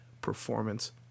performance